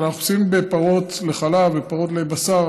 אבל אנחנו עושים בפרות לחלב ופרות לבשר,